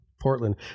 Portland